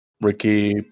Ricky